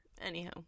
Anyhow